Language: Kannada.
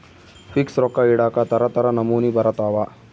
ಫಿಕ್ಸ್ ರೊಕ್ಕ ಇಡಾಕ ತರ ತರ ನಮೂನಿ ಬರತವ